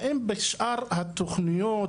האם בשאר התוכניות,